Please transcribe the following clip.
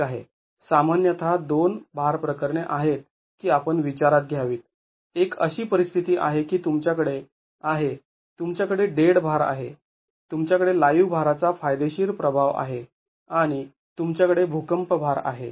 ठीक आहे सामान्यतः दोन भार प्रकरणे आहेत की आपण विचारात घ्यावीत एक अशी परिस्थिती आहे की तुमच्याकडे आहे तुमच्याकडे डेड भार आहे तुमच्याकडे लाईव्ह भाराचा फायदेशीर प्रभाव आहे आणि तुमच्याकडे भूकंप भार आहे